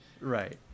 right